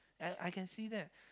ya I can see that